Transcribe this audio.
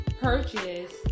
purchase